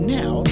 now